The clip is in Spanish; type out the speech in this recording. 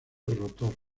rotor